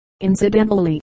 incidentally